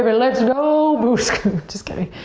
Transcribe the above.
but let's go! just kidding.